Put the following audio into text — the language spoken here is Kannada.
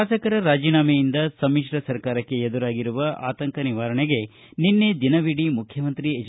ಶಾಸಕರ ರಾಜೀನಾಮೆಯಿಂದ ಸಮಿಶ್ರ ಸರ್ಕಾರಕ್ಕೆ ಎದುರಾಗಿರುವ ಆತಂಕ ನಿವಾರಣೆಗೆ ನಿನ್ನೆ ದಿನವಿಡಿ ಮುಖ್ಯಮಂತ್ರಿ ಎಚ್